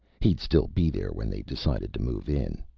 he'd still be there when they decided to move in.